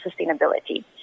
sustainability